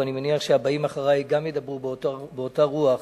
אני מניח שגם הבאים אחרי ידברו באותה רוח,